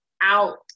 out